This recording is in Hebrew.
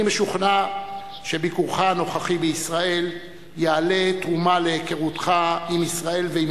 אני משוכנע שביקורך הנוכחי בישראל יעלה תרומה להיכרותך עם ישראל ועם